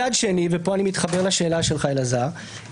מצד שני וכאן אני מתחבר לשאלה של חבר הכנסת שטרן